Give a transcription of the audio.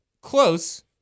Close